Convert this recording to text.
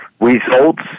Results